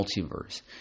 multiverse